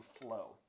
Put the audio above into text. flow